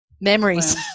memories